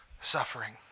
suffering